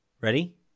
Ready